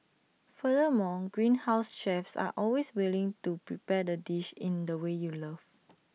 furthermore Greenhouse's chefs are always willing to prepare the dish in the way you love